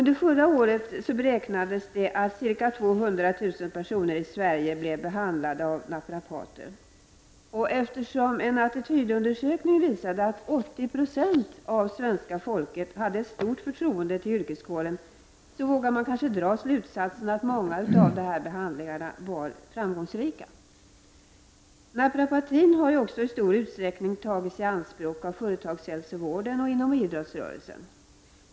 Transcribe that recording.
Det beräknas att under förra året ca 200 000 personer i Sverige blev behandlade av naprapater. Och eftersom en attitydundersökning visade att 80 96 av svenska folket hade ett stort förtroende för yrkeskåren, vågar man kanske dra slutsatsen att många av dessa behandlingar var framgångsrika. Naprapatin har ju också i stor utsträckning tagits i anspråk av företagshälsovården och inom idrottsrörelsen.